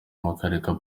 mukareka